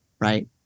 right